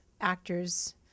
actors